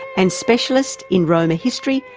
and specialist in roma history,